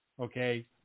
Okay